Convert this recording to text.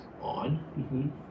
on